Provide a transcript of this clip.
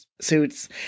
suits